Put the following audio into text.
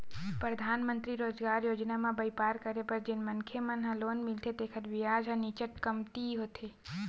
परधानमंतरी रोजगार योजना म बइपार करे बर जेन मनखे मन ल लोन मिलथे तेखर बियाज ह नीचट कमती होथे